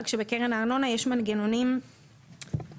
רק שבקרן הארנונה יש מנגנונים מאזנים.